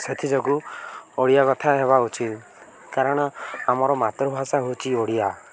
ସେଥିଯୋଗୁଁ ଓଡ଼ିଆ କଥା ହେବା ଉଚିତ କାରଣ ଆମର ମାତୃଭାଷା ହେଉଛି ଓଡ଼ିଆ